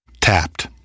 Tapped